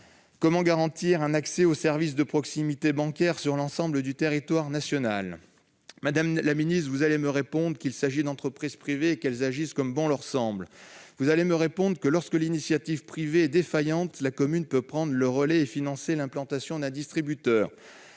Comment garantir l'accès à un service de proximité bancaire sur l'ensemble du territoire national ? Vous allez me répondre qu'il s'agit d'entreprises privées et qu'elles agissent comme bon leur semble. Vous allez aussi me répondre que, lorsque l'initiative privée est défaillante, la commune peut prendre le relais et financer l'implantation d'un distributeur.